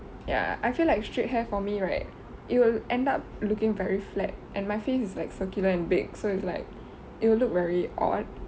ya I feel like straight hair for me right it will end up looking very flat and my face is like circular and big so it's like it will look very odd